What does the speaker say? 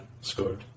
scored